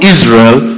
Israel